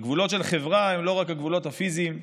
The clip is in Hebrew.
וגבולות החברה הם לא רק הגבולות הפיזיים שלנו,